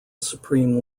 supreme